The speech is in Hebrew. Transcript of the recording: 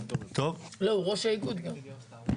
לא, הוא ראש האיגוד גם.